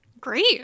Great